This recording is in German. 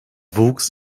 wuchs